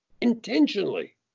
intentionally